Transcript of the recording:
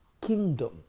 kingdom